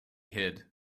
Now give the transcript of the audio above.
hid